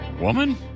Woman